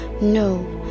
no